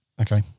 Okay